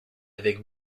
avec